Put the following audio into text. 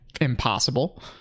impossible